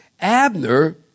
Abner